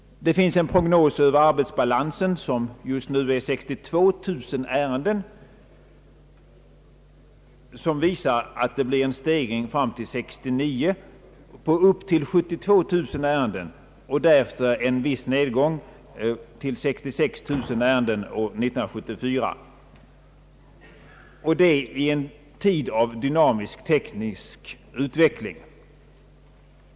Det finns en prognos över arbetsbalansen — just nu är den 62 000 ärenden — som visar att det blir en stegring fram till år 1969 upp till 72 000 ärenden och därefter en viss nedgång till 66 000 ärenden år 1974. Detta sker alltså i en tid av dynamisk teknisk utveckling.